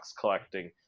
collecting